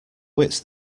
wits